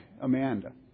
Amanda